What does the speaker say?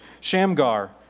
Shamgar